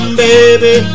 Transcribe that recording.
baby